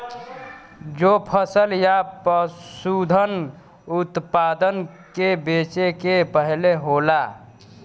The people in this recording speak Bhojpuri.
जो फसल या पसूधन उतपादन के बेचे के पहले होला